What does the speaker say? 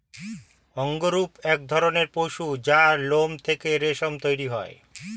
অঙ্গরূহ এক ধরণের পশু যার লোম থেকে রেশম তৈরি হয়